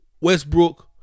Westbrook